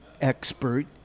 expert